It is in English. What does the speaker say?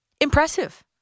Impressive